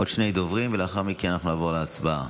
עוד שני דוברים, ולאחר מכן אנחנו נעבור להצבעה,